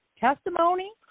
testimony